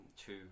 two